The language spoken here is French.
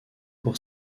pour